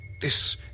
This